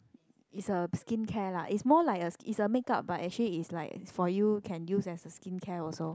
is a skincare lah is more like a is a makeup but actually is like for you can use as a skincare also